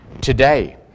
today